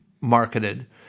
marketed